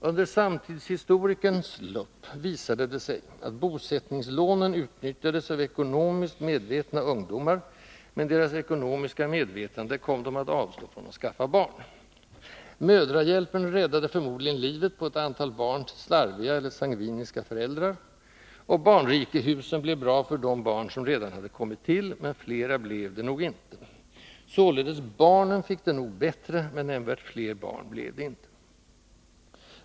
Under samtidshistorikerns lupp visade det sig att bosättningslånen utnyttjades av ekonomiskt medvetna ungdomar, men deras ekonomiska medvetande kom dem att avstå från att skaffa barn; mödrahjälpen täddade förmodligen livet på ett antal barn till slarviga eller sangviniska föräldrar, och barnrikehusen blev bra för de barn, som redan kommit till, men flera blev det nog inte. Således: barnen fick det nog bättre, men nämnvärt flera barn blev det inte.